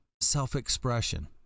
self-expression